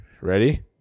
Ready